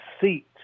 seats